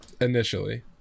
initially